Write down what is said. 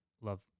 love